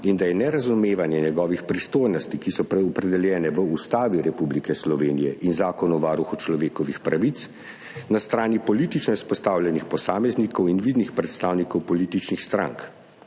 in da je nerazumevanje njegovih pristojnosti, ki so opredeljene v Ustavi Republike Slovenije in Zakonu o varuhu človekovih pravic, na strani politično izpostavljenih posameznikov in vidnih predstavnikov političnih strank.